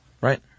Right